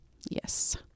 Yes